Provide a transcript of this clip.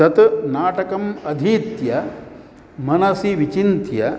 तत् नाटकम् अधीत्य मनसि विचिन्त्य